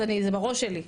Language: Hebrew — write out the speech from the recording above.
זה בראש שלי,